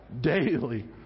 daily